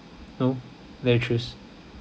no then I choose